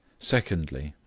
secondly,